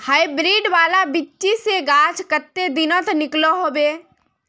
Hybrid वाला बिच्ची से गाछ कते दिनोत निकलो होबे?